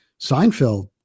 seinfeld